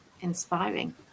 inspiring